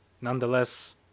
nonetheless